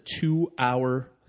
two-hour